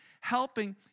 helping